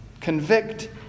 Convict